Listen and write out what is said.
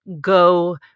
go